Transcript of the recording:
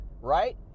right